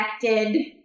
connected